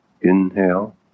Inhale